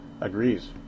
agrees